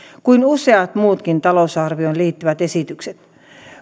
kuin useat muutkin talousarvioon liittyvät esitykset